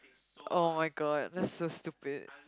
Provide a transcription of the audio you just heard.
[oh]-my-god that's so stupid